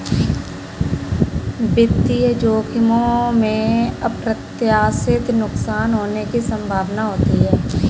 वित्तीय जोखिमों में अप्रत्याशित नुकसान होने की संभावना होती है